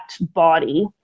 body